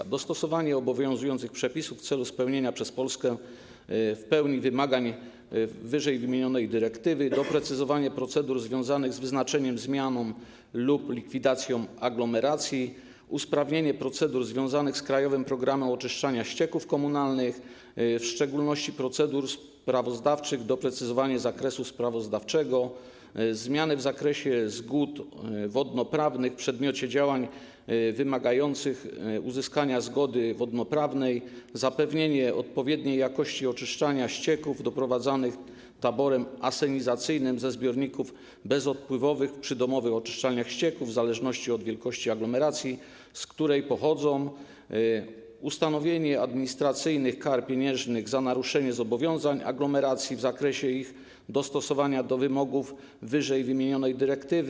Chodzi o dostosowanie obowiązujących przepisów w celu spełnienia przez Polskę w pełni wymagań ww. dyrektywy, doprecyzowanie procedur związanych z wyznaczeniem, zmianą lub likwidacją aglomeracji, usprawnienie procedur związanych z ˝Krajowym programem oczyszczania ścieków komunalnych˝, w szczególności procedur sprawozdawczych, doprecyzowanie zakresu sprawozdawczego, zmiany w zakresie zgód wodnoprawnych w przedmiocie działań wymagających uzyskania zgody wodnoprawnej, zapewnienie odpowiedniej jakości oczyszczania ścieków doprowadzanych taborem asenizacyjnym ze zbiorników bezodpływowych i przydomowych oczyszczalni ścieków, w zależności od wielkości aglomeracji, z której pochodzą, a także o ustanowienie administracyjnych kar pieniężnych za naruszenie zobowiązań aglomeracji w zakresie ich dostosowania do wymogów ww. dyrektywy.